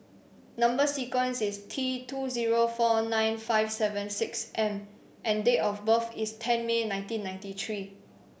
number sequence is T two zero four nine five seven six M and date of birth is ten May nineteen ninety three